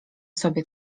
sobie